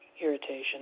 irritation